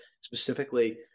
specifically